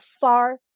far